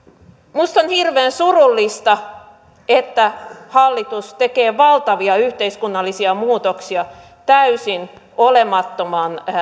minusta on hirveän surullista että hallitus tekee valtavia yhteiskunnallisia muutoksia täysin olemattoman